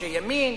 אנשי ימין,